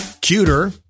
cuter